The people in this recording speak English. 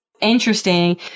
interesting